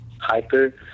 Hyper